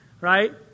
right